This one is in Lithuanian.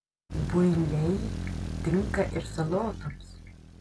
builiai tinka ir salotoms